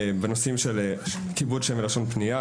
בנושאים של כיבוד שם ולשון פנייה